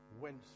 went